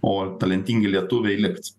o talentingi lietuviai liks